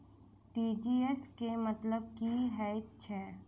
TGS केँ मतलब की हएत छै?